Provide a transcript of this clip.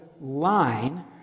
line